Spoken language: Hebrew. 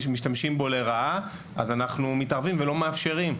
שמשתמשים בדבר הזה לרעה אנחנו מתערבים ולא מאפשרים.